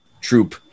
troop